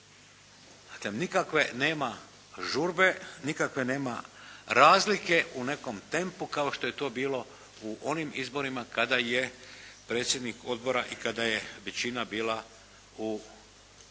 Dakle, nikakve nema žurbe, nikakve nema razlike u nekom tempu kao što je to bilo u onim izborima kada je predsjednik odbora i kada je većina bila u rukama